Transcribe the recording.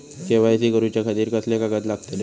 KYC करूच्या खातिर कसले कागद लागतले?